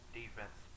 defense